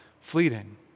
fleeting